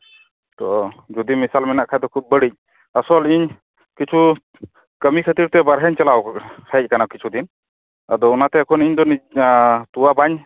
ᱛᱚ ᱡᱩᱫᱤ ᱢᱮᱥᱟᱞ ᱢᱮᱱᱟᱜ ᱠᱷᱟᱱ ᱫᱚ ᱠᱷᱩᱵ ᱵᱟᱹᱲᱤᱡ ᱟᱥᱚᱞ ᱤᱧ ᱠᱤᱪᱷᱩ ᱠᱟᱹᱢᱤ ᱠᱷᱟᱹᱛᱤᱨᱛᱮ ᱵᱟᱨᱦᱮᱧ ᱪᱟᱞᱟᱣ ᱦᱮᱡ ᱟᱠᱟᱱᱟ ᱠᱤᱪᱷᱩ ᱫᱤᱱ ᱟᱫᱚ ᱚᱱᱟᱛᱮ ᱮᱠᱷᱚᱱ ᱫᱚ ᱤᱧ ᱫᱚ ᱱᱤᱛ ᱛᱚᱣᱟ ᱵᱟᱹᱧ